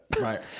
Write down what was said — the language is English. right